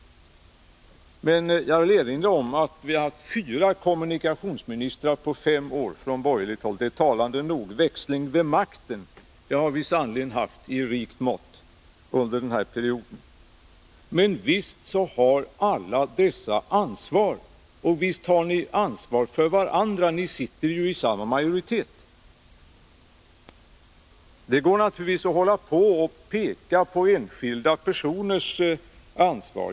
Men jag vill erinra om att vi har haft fyra kommunikationsministrar från borgerligt håll på fem år. Det är talande nog. Växling vid makten har vi sannerligen haft i rikt mått under den här perioden. Men visst har alla dessa kommunikationsministrar ett ansvar. Ni har ansvar för varandra — ni sitter ju i samma majoritet. Det går naturligtvis att peka på enskilda personers ansvar.